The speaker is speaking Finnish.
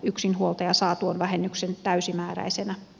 yksinhuoltaja saa tuon vähennyksen täysimääräisenä